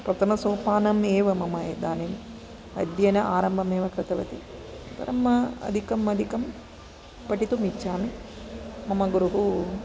प्रथमसोपानम् एव मम इदानीम् अध्ययनम् आरम्भं एव कृतवती अनन्तरम् अधिकं अधिकं पठितुमिच्छामि मम गुरुः